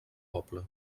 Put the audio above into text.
poble